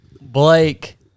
Blake